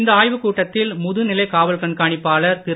இந்த ஆய்வுக் கூட்டத்தில் முதுநிலை காவல் கண்காணிப்பாளர் திரு